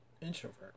introvert